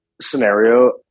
scenario